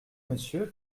monsieur